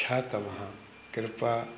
छा तव्हां कृपा